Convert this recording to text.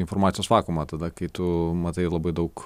informacijos vakuumą tada kai tu matai labai daug